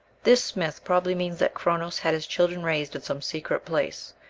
this myth probably means that chronos had his children raised in some secret place,